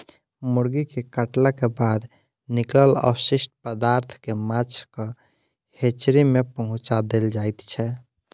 मुर्गी के काटलाक बाद निकलल अवशिष्ट पदार्थ के माछक हेचरी मे पहुँचा देल जाइत छै